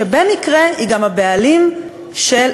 שבמקרה היא גם הבעלים של,